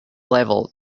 level